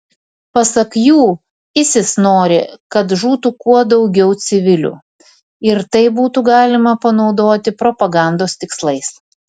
pasak jų isis nori kad žūtų kuo daugiau civilių ir tai būtų galima panaudoti propagandos tikslais